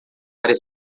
área